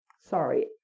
Sorry